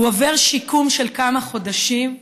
הוא עבר שיקום של כמה חודשים,